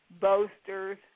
boasters